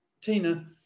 Tina